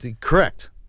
Correct